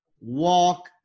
walk